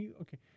Okay